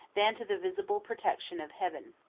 than to the visible protection of heaven.